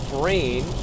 brain